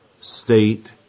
state